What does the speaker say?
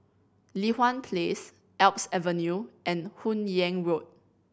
Li Hwan Place Alps Avenue and Hun Yeang Road